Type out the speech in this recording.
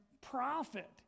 profit